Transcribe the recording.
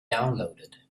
downloaded